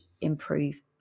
improve